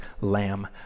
lamb